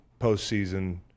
postseason